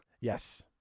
Yes